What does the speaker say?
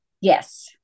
Yes